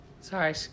Sorry